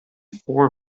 four